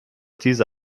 diese